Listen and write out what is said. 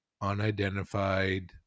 unidentified